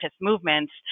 movements